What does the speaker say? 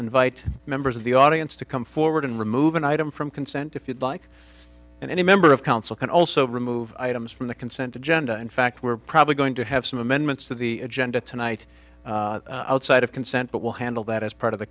invite members of the audience to come forward and remove an item from consent if you'd like and any member of council can also remove items from the consent agenda in fact we're probably going to have some amendments to the agenda tonight outside of consent but we'll handle that as part of the